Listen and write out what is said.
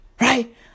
right